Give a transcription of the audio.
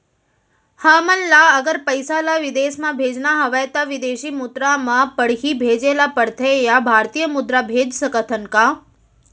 हमन ला अगर पइसा ला विदेश म भेजना हवय त विदेशी मुद्रा म पड़ही भेजे ला पड़थे या भारतीय मुद्रा भेज सकथन का?